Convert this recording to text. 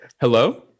Hello